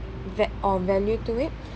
that or value to it